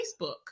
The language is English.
Facebook